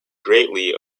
greatly